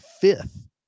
fifth